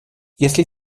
если